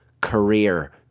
career